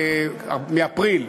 מאפריל.